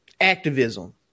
activism